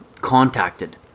contacted